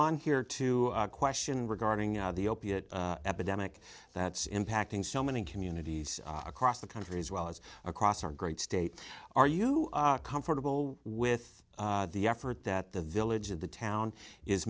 on here to a question regarding the opiate epidemic that's impacting so many communities across the country as well as across our great state are you comfortable with the effort that the village of the town is